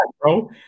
bro